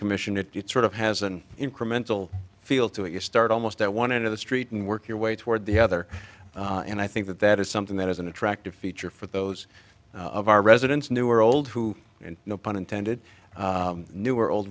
commission it's sort of has an incremental feel to it you start almost at one end of the street and work your way toward the other and i think that that is something that is an attractive feature for those of our residents new or old who in no pun intended new or old